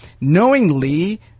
knowingly